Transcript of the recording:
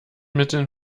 mitteln